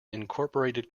incorporated